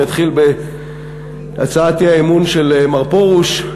אני אתחיל בהצעת האי-אמון של מר פרוש.